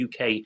UK